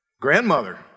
grandmother